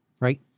right